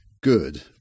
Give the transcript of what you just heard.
Good